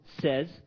says